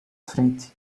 frente